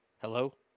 hello